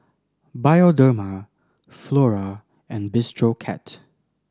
Bioderma Flora and Bistro Cat